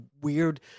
weird